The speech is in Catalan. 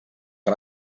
que